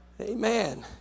Amen